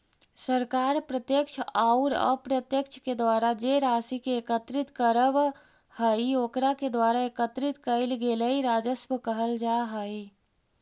सरकार प्रत्यक्ष औउर अप्रत्यक्ष के द्वारा जे राशि के एकत्रित करवऽ हई ओकरा के द्वारा एकत्रित कइल गेलई राजस्व कहल जा हई